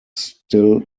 still